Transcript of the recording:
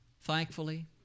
Thankfully